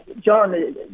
John